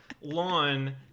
lawn